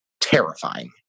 terrifying